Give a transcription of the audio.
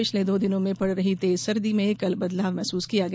पिछले दो दिनों से पड़ रही तेज सर्दी में कल बदलाव महसूस किया गया